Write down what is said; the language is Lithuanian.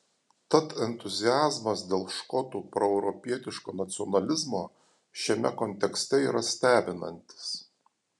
tad entuziazmas dėl škotų proeuropietiško nacionalizmo šiame kontekste yra stebinantis